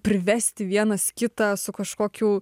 privesti vienas kitą su kažkokiu